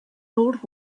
old